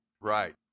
Right